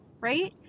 right